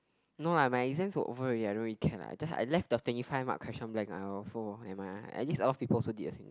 no lah my exams were over already I don't really care lah I just I left the twenty five mark question blank ah I also never mind lah at least a lot of people also did the same